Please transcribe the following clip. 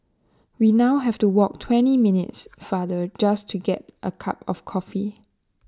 we now have to walk twenty minutes farther just to get A cup of coffee